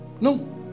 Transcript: No